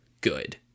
good